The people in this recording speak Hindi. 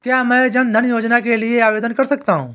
क्या मैं जन धन योजना के लिए आवेदन कर सकता हूँ?